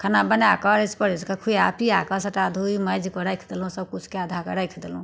खाना बनाकऽ अरैस परैस कऽ खुआ पिआ कऽ सभटा धो माजि कऽ राखि देलहुँ सभ किछु कए धएके राखि देलहुँ